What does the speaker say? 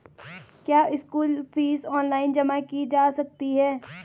क्या school fees online जमा की जा सकती है?